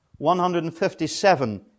157